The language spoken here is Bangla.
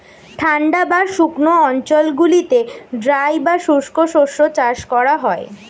ঠান্ডা বা শুকনো অঞ্চলগুলিতে ড্রাই বা শুষ্ক শস্য চাষ করা হয়